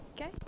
Okay